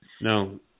No